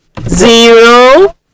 zero